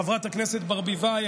חברת הכנסת ברביבאי,